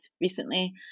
recently